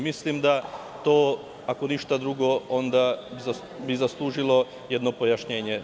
Mislim, da to ako ništa drugo, onda bi zaslužilo jedno pojašnjenje.